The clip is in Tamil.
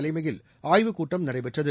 தலைமையில் ஆய்வுக் கூட்டம் நடைபெற்றது